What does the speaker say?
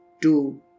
two